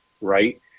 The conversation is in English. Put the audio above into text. right